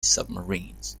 submarines